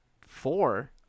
Four